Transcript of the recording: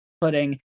putting